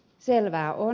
selvää on